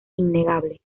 innegable